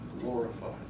glorified